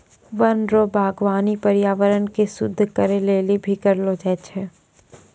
वन रो वागबानी पर्यावरण के शुद्ध करै लेली भी करलो जाय छै